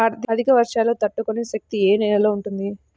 అధిక వర్షాలు తట్టుకునే శక్తి ఏ నేలలో ఉంటుంది?